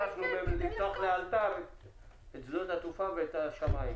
ודרשנו מהם לפתוח לאלתר את שדות התעופה ואת השמיים.